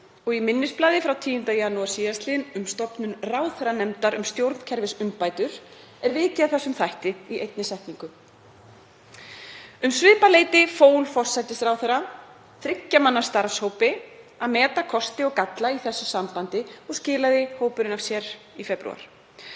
og í minnisblaði frá 10. janúar sl. um stofnun ráðherranefndar um stjórnkerfisumbætur er vikið að þessum þætti í einni setningu. Um svipað leyti fól forsætisráðherra þriggja manna starfshópi að meta kosti og galla í þessu sambandi og skilaði hann af sér í febrúar.